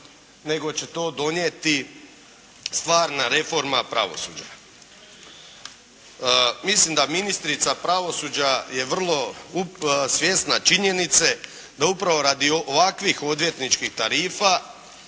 nego će to donijeti stvarna reforma pravosuđa. Mislim da ministrica pravosuđa je vrlo svjesna činjenice da upravo radi ovakvih odvjetničkih tarifa,